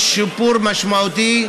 יש שיפור משמעותי,